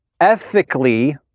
...ethically